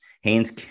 Haynes